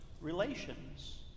relations